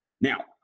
Now